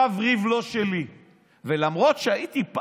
חבר כנסת,